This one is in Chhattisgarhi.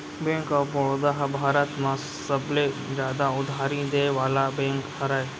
बेंक ऑफ बड़ौदा ह भारत म सबले जादा उधारी देय वाला बेंक हरय